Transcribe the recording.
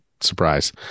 surprise